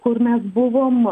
kur mes buvom